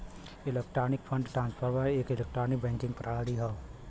electronic fund transfer एक electronic banking प्रणाली हौ